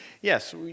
Yes